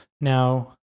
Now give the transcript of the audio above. Now